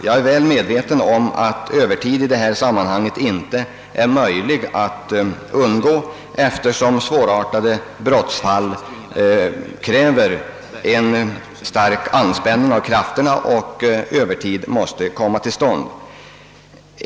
Jag är väl medveten om att övertid i detta sammanhang inte kan undvikas, eftersom svårartade brottsfall mestadels kräver en stark anspänning av polisens resurser.